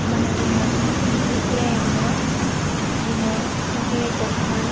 होम्बाना जोङो मोनसे ए आइ आवनो जोङो सासे डक्टर